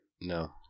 No